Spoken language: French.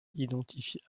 identifient